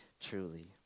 truly